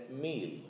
meal